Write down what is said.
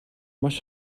маш